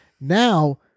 now